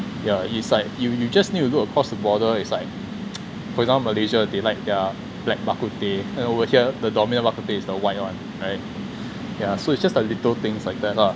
ya is like you you just need to look across the border is like for example malaysia they like their black bak kut teh and over here the normal bak kut teh is the white one right ya so it's just a little things like that lah